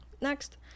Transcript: next